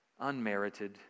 Unmerited